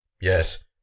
yes